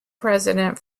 president